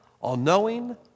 all-knowing